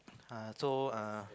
uh so uh